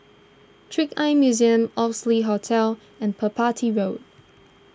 Trick Eye Museum Oxley Hotel and Road